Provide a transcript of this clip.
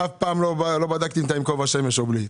אף פעם לא בדקתי אם אתה עם כובע שמש או בלי.